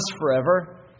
forever